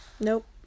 nope